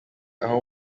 aho